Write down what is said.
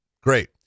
Great